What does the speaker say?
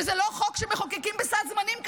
וזה לא חוק שמחוקקים בסד זמנים כזה.